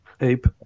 Ape